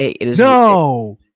No